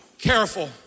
careful